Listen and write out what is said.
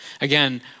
Again